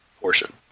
portion